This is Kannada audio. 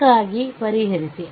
ಅದಕ್ಕಾಗಿ ಪರಿಹರಿಸಿ